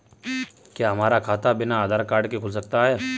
क्या हमारा खाता बिना आधार कार्ड के खुल सकता है?